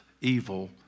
evil